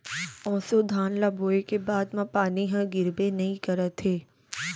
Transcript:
ऑसो धान ल बोए के बाद म पानी ह गिरबे नइ करत हे